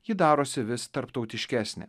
ji darosi vis tarptautiškesnė